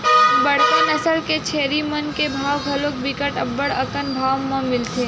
बड़का नसल के छेरी मन के भाव घलोक बिकट अब्बड़ अकन भाव म मिलथे